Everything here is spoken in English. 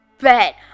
Bet